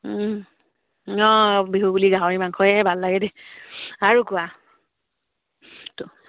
অঁ বিহু বুলি গাহৰি মাংসহে ভাল লাগে দেই আৰু কোৱা এইটো